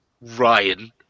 Ryan